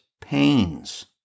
pains